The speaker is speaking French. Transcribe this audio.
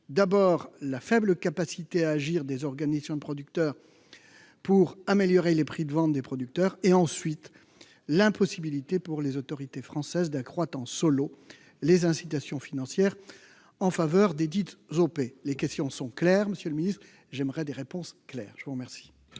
d'abord, la faible capacité à agir des organisations de producteurs pour améliorer les prix de vente des producteurs ; ensuite, l'impossibilité pour les autorités françaises d'accroître « en solo » les incitations financières en faveur desdites OP. Mes questions sont claires, monsieur le ministre, j'attends des réponses claires. La parole